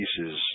pieces